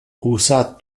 usa